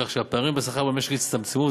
כך שהפערים בשכר במשק הצטמצמו,